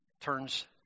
turns